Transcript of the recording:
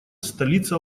столица